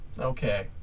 Okay